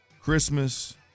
Christmas